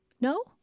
No